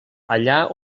allà